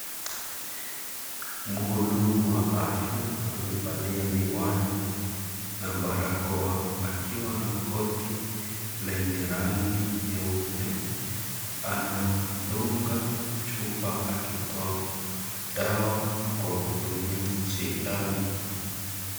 Mhudumu wa afya, wamevalia miwani na barakoa. Akiwa na koti lenye rangi nyeupe. Anamdunga chupa akitoa dawa kwa kutumia sindano.